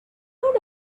heard